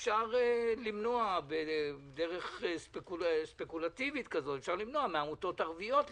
אפשר למנוע דרך ספקולטיבית כזאת מעמותות ערביות לקבל,